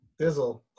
Dizzle